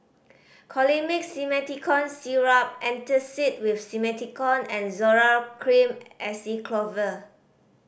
Colimix Simethicone Syrup Antacid with Simethicone and Zoral Cream Acyclovir